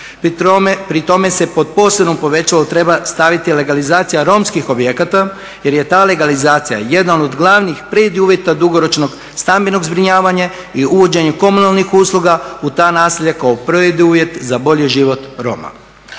Pri tome se pod posebnim povećalom treba staviti legalizacija romskih objekata jer je ta legalizacija jedan od glavnih preduvjeta dugoročnog stambenog zbrinjavanja i uvođenjem komunalnih usluga u ta naselja kao preduvjet za bolji život Roma.